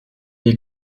est